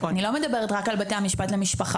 אני לא מדברת רק על בתי המשפט למשפחה.